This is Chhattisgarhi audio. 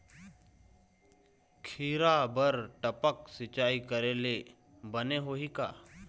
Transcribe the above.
खिरा बर टपक सिचाई करे ले बने होही का?